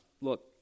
look